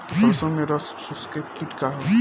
सरसो में रस चुसक किट का ह?